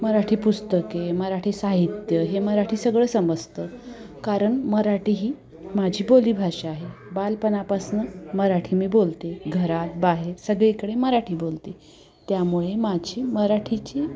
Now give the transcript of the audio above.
मराठी पुस्तके मराठी साहित्य हे मराठी सगळं समसतं कारण मराठी ही माझी बोलीभाषा आहे बालपणापासून मराठी मी बोलते आहे घरात बाहेर सगळीकडे मराठी बोलते आहे त्यामुळे माझी मराठीची